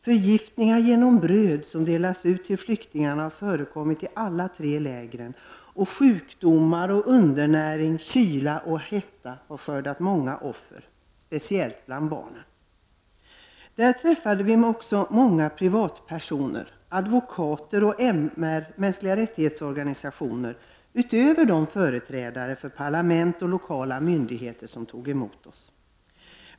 Förgiftningar genom bröd som delats ut till flyktingarna har förekommit i alla tre lägren, och sjukdomar och undernäring, kyla och hetta har skördat många offer, speciellt bland barnen. Vi träffade också många privatpersoner, advokater och MR-organisationer utöver de företrädare för parlament och lokala myndigheter som tog emot oss.